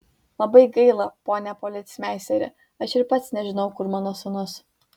labai gaila pone policmeisteri aš ir pats nežinau kur mano sūnus